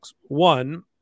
One